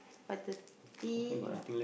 five thirty